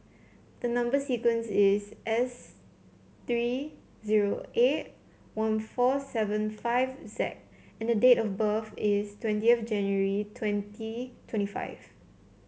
the number sequence is S three zero eight one four seven five Z and the date of birth is twentieth January twenty twenty five